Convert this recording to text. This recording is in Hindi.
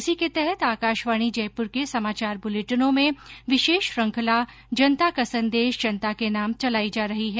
इसी के तहत आकाशवाणी जयपुर के समाचार बुलेटिनों में विशेष श्रृंखला जनता का संदेश जनता के नाम चलाई जा रही है